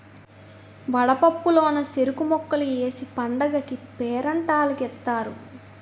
వడపప్పు లోన సెరుకు ముక్కలు ఏసి పండగకీ పేరంటాల్లకి ఇత్తారు